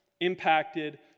impacted